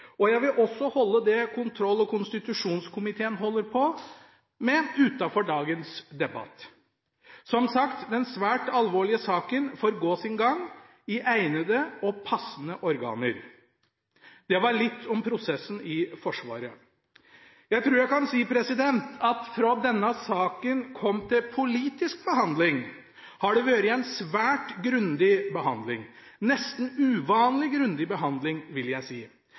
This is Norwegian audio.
dette. Jeg vil også holde det kontroll- og konstitusjonskomiteen holder på med, utenfor dagens debatt. Som sagt: Den svært alvorlige saken får gå sin gang – i egnede og passende organer. Det var litt om prosessen i Forsvaret. Jeg tror jeg kan si at fra denne saken kom til politisk behandling, har det vært en svært grundig behandling – en nesten uvanlig grundig behandling, vil jeg si.